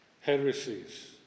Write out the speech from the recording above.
heresies